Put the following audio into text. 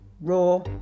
raw